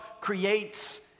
creates